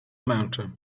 męczy